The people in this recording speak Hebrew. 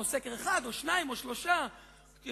או סקר אחד או שניים או שלושה סקרים,